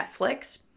Netflix